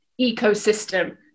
ecosystem